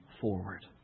forward